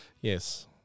Yes